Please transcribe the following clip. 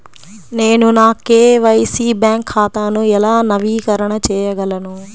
నేను నా KYC bank ఖాతాను ఎలా నవీకరణ చేయగలను?